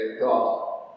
God